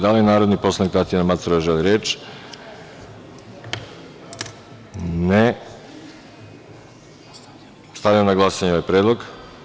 Da li narodni poslanik Tatjana Macura želi reč? (Ne.) Stavljam na glasanje ovaj predlog.